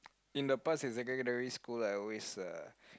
in the past in secondary school I always uh